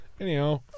Anyhow